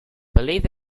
believe